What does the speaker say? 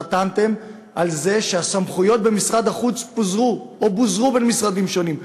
רטנתם על כך שהסמכויות במשרד החוץ פוזרו או בוזרו בין משרדים שונים.